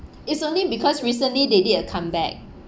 it's only because recently they did a comeback